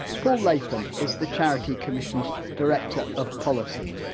paul latham is the charity commission's director of policy.